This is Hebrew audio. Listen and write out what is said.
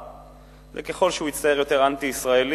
זה ככל שהוא יצטייר יותר אנטי-ישראלי,